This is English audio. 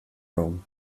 home